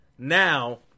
Now